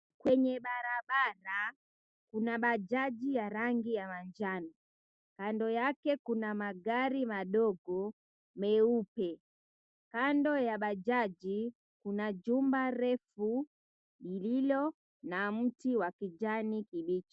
Kwenye barabara, kuna bajaji ya rangi ya manjano. Kando yake kuna magari madogo meupe. Kando ya bajaji kuna jumba refu lililo na mti wa kijani kibichi.